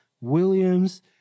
Williams